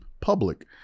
public